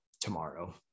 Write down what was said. tomorrow